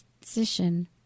position